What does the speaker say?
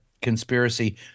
conspiracy